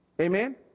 Amen